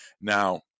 Now